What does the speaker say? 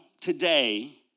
Today